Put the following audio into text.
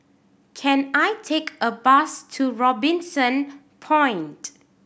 can I take a bus to Robinson Point